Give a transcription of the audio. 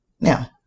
Now